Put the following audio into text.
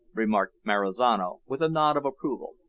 remarked marizano, with a nod of approval.